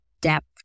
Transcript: depth